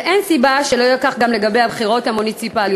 ואין סיבה שלא יהיה כך גם לגבי הבחירות המוניציפליות.